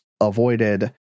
avoided